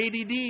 ADD